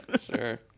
Sure